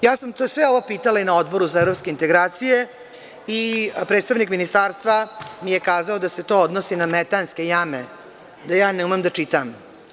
Sve sam ovo pitala i na Odboru za evropske integracije i predstavnik ministarstva mi je kazao da se to odnosi na metanske jame, da ja ne umem da čitam.